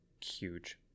huge